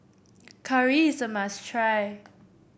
curry is a must try